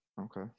Okay